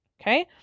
Okay